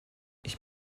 ich